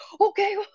okay